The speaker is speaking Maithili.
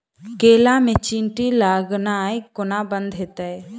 केला मे चींटी लगनाइ कोना बंद हेतइ?